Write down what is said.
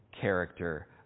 character